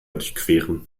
durchqueren